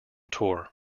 tour